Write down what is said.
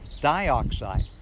dioxide